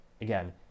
again